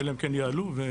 אלא אם כן יעלו ונתייחס.